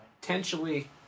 Potentially